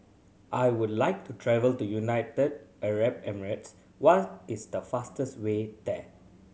I would like to travel to United Arab Emirates What is the fastest way there